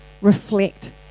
reflect